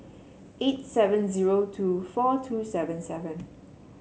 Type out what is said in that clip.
eight seven zero two four two seven seven